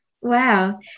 Wow